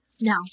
No